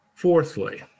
Fourthly